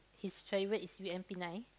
his favourite is U_M_P nine